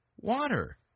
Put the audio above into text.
water